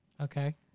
okay